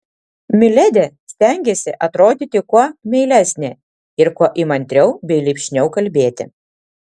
miledi stengėsi atrodyti kuo meilesnė ir kuo įmantriau bei lipšniau kalbėti